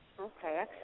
okay